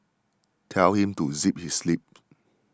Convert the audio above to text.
tell him to zip his lip